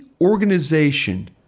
organization